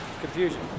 Confusion